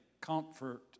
comfort